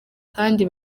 kandi